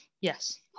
yes